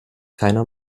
keiner